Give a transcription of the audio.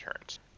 turns